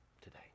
today